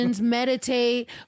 meditate